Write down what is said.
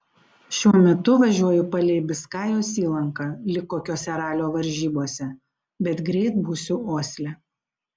šiuo metu važiuoju palei biskajos įlanką lyg kokiose ralio varžybose bet greit būsiu osle